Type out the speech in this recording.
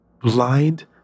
blind